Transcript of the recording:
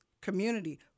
community